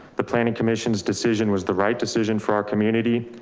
the planning commission's decision was the right decision for our community.